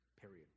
period